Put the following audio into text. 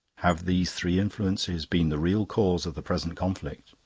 have these three influences been the real cause of the present conflict?